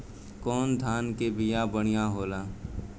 कौन धान के बिया बढ़ियां होला?